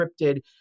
scripted